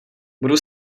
budu